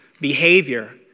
behavior